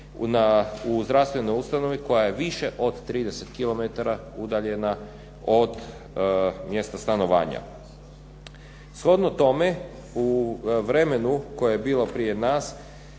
u zdravstvenoj ustanovi koja je više od 30 km udaljena od mjesta stanovanja. Shodno tome, u vremenu koje je bilo prije nas